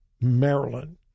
Maryland